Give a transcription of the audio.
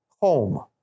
home